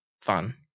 fun